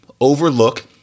overlook